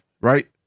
right